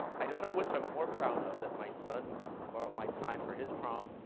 i don't know which i'm more proud of, that my son bought my tie for his prom,